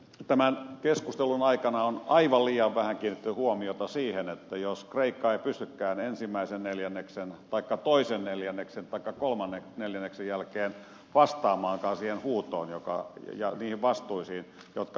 tämän keskustelun aikana on aivan liian vähän kiinnitetty huomiota siihen että jos kreikka ei pystykään ensimmäisen neljänneksen taikka toisen neljänneksen taikka kolmannen neljänneksen jälkeen vastaamaan siihen huutoon ja niihin vastuisiin jotka nyt on sälytetty